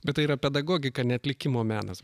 bet tai yra pedagogika ne atlikimo menas